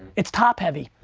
it's top heavy.